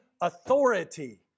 authority